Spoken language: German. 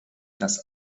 das